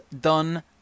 done